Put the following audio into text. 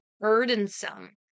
burdensome